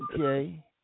Okay